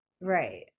Right